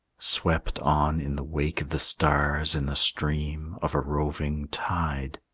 swept on in the wake of the stars, in the stream of a roving tide,